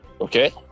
Okay